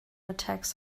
attacks